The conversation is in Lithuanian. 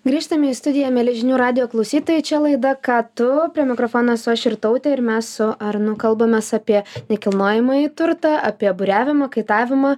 grįžtame į studiją mieli žinių radijo klausytojai čia laida ką tu prie mikrofono esu aš irtautė ir mes su arnu kalbamės apie nekilnojamąjį turtą apie buriavimą kaitavimą